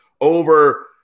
Over –